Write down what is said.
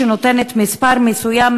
שנותנת מספר מסוים,